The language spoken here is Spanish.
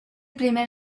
primer